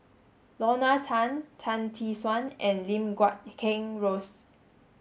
Lorna Tan Tan Tee Suan and Lim Guat Kheng Rosie